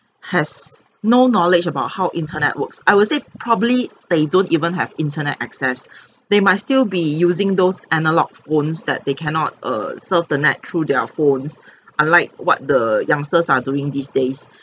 has no knowledge about how internet works I would say probably they don't even have internet access they might still be using those analog phones that they cannot err surf the net through their phones unlike what the youngsters are doing these days